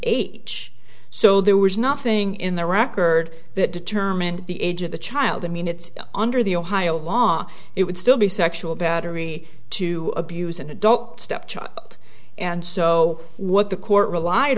age so there was nothing in the record that determined the age of the child i mean it's under the ohio law it would still be sexual battery to abuse an adult stepchild and so what the court relied